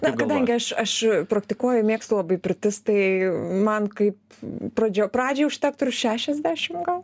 na kadangi aš aš praktikuoju mėgstu labai pirtis tai man kaip pradžia pradžiai užtektų ir šešiasdešim gal